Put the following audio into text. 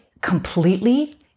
completely